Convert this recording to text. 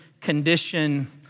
condition